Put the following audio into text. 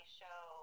show